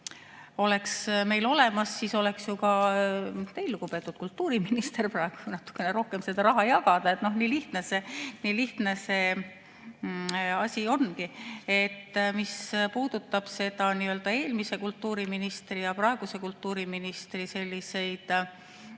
oleks meil olemas, siis oleks ju ka teil, lugupeetud kultuuriminister, praegu natukene rohkem seda raha jagada. Nii lihtne see asi ongi. Mis puudutab eelmise kultuuriministri ja praeguse kultuuriministri vahekorda